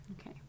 Okay